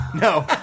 No